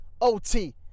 OT